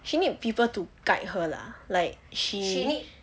she need people to guide her lah like she need